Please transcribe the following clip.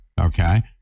Okay